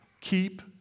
keep